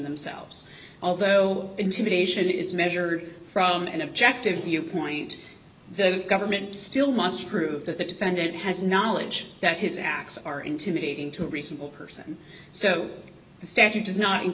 themselves although intimidation is measured from an objective viewpoint the government still must prove that the defendant has knowledge that his acts are intimidating to reasonable person so the statute does not